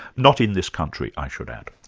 not in this country i should add.